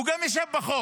גם הוא ישב שם,